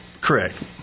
Correct